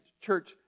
church